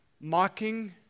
mocking